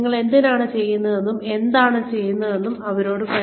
നിങ്ങൾ എന്തിനാണ് ചെയ്യുന്നതെന്നും എന്താണ് ചെയ്യുന്നതെന്നും അവരോട് പറയുക